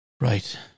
Right